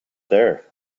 there